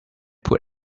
put